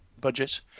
budget